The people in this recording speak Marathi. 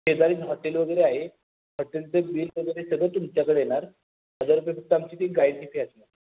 शेजारीच हॉटेल वगैरे आहे हॉटेलचं बिल वगैरे सगळं तुमच्याकडं येणार हजार रुपये फक्त आमची ती गाईडची फी असणार